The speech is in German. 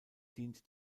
dient